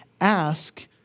ask